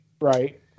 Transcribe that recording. Right